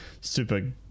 super